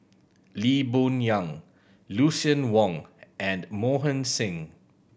Lee Boon Yang Lucien Wang and Mohan Singh